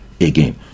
again